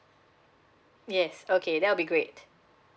yes okay that will be great